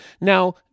now